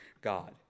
God